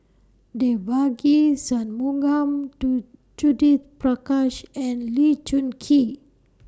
Devagi Sanmugam Do Judith Prakash and Lee Choon Kee